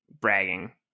bragging